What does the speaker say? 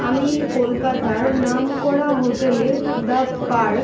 আমি কলকাতার নাম করা হোটেলে দা পার্ক